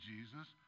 Jesus